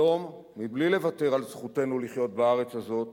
שלום, מבלי לוותר על זכותנו לחיות בארץ הזאת,